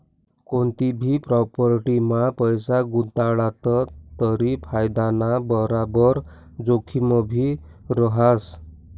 कोनतीभी प्राॅपटीमा पैसा गुताडात तरी फायदाना बराबर जोखिमभी रहास